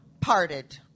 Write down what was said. parted